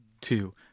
Two